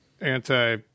anti-